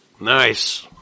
Nice